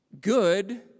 Good